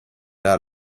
out